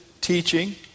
teaching